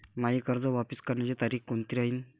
मायी कर्ज वापस करण्याची तारखी कोनती राहीन?